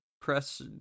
press